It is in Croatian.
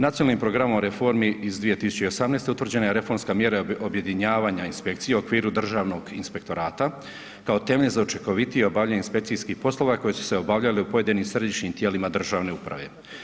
Nacionalnim programom reformi iz 2018. utvrđena je reformska mjera objedinjavanja inspekcija u okviru državnog inspektorata, kao temelj za učinkovitije obavljanje inspekcijskih poslova, koje su se obavljale u pojedinim središnjim tijelima državne uprave.